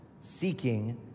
seeking